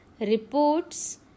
reports